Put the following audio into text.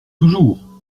toujours